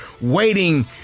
waiting